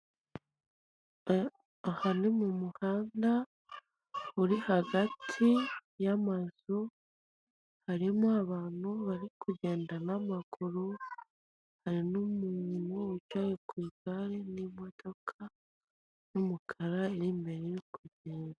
Aha ni mu muhanda uri hagati y'amazu, harimo abantu bari kugenda n'amaguru, hari n'umurimo wicaye ku igare n'imodoka y'umukara iri imbere iri kugenda.